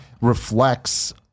reflects